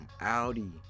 Audi